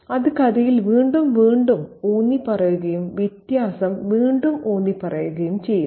അത് കഥയിൽ വീണ്ടും വീണ്ടും ഊന്നിപ്പറയുകയും വ്യത്യാസം വീണ്ടും ഊന്നിപ്പറയുകയും ചെയ്യുന്നു